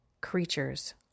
creatures